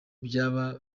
byaba